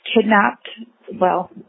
kidnapped—well